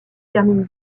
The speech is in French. termine